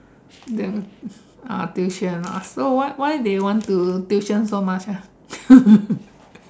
the other ah tuition ah so why why they want to tuition so much ah